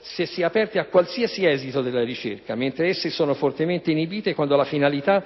se si è aperti qualsiasi esito della ricerca, mentre esse sono fortemente inibite quando la finalità è